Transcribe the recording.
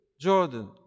Jordan